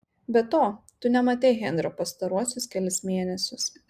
be to tu nematei henrio pastaruosius kelis mėnesius